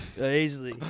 Easily